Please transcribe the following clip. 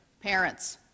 parents